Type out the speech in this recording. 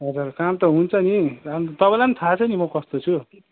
हजुर काम त हुन्छ नि राम् तपाईँलाई पनि थाहा छ नि म कस्तो छु